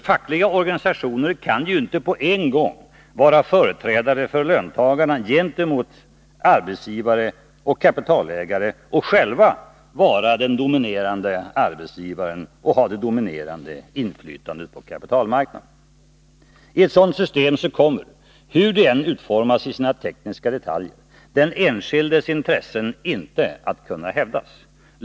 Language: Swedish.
Fackliga organisationer kan inte på en gång vara företrädare för löntagarna gentemot arbetsgivare och kapitalägare och själva vara den dominerande arbetsgivaren och ha det dominerande inflytandet på kapitalmarknaden. I ett sådant system, hur det än utformas i sina tekniska detaljer, kommer den enskildes intressen inte att kunna hävdas.